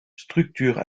structure